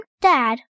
dad